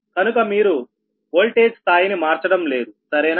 కనుక మీరు వోల్టేజ్ స్థాయిని మార్చడం లేదు సరేనా